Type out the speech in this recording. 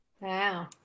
Wow